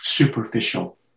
Superficial